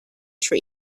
tree